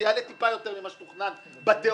זה יעלה טיפה יותר ממה שתוכנן בתיאוריה,